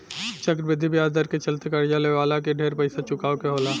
चक्रवृद्धि ब्याज दर के चलते कर्जा लेवे वाला के ढेर पइसा चुकावे के होला